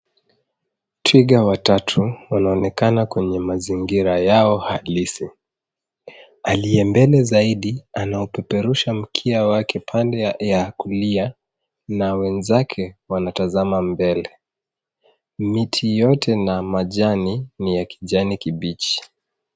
Twiga watatu wanaonekana kwenye mazingira yao halisi. Aliye mbele zaidi anaupeperusha mkia wake upande wake wa kulia na wenzake wanatazama mbele. Miti yote na majani ni ya kijani kibichi.